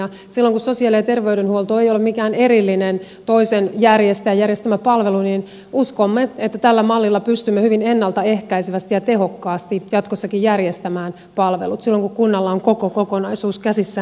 silloin kun sosiaali ja terveydenhuolto ei ole mikään erillinen toisen järjestäjän järjestämä palvelu uskomme että tällä mallilla pystymme hyvin ennaltaehkäisevästi ja tehokkaasti jatkossakin järjestämään palvelut silloin kun kunnalla on koko kokonaisuus käsissään